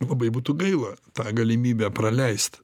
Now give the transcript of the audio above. labai būtų gaila tą galimybę praleist